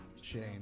Shane